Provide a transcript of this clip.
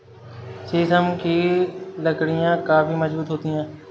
शीशम की लकड़ियाँ काफी मजबूत होती हैं